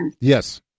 Yes